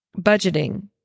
budgeting